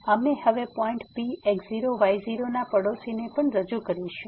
અમે હવે point Px0 y0 ના પડોસીને પણ રજૂ કરીશું